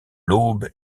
l’aube